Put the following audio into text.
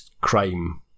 crime